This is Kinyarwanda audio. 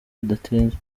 bidatinze